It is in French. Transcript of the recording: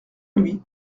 lui